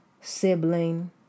sibling